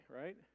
Right